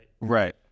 Right